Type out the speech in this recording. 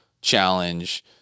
challenge